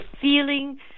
feeling